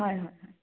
হয় হয় হয়